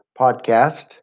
podcast